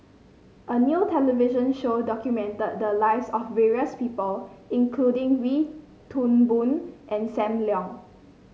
a new television show documented the lives of various people including Wee Toon Boon and Sam Leong